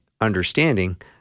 understanding